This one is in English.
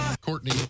Courtney